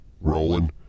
rolling